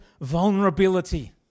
vulnerability